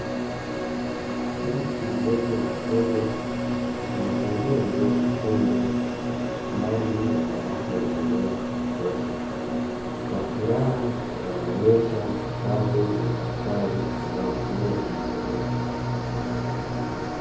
Binti mmoja mdogo amevalia nguo nyekundu ndani ya darasa lenye mwanga wa kutosha, kwa furaha anaonyesha kitabu na daftari analotumia kujisomea.